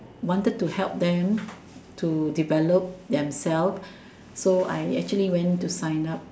wanted to help them to develop themselves so I actually went to sign up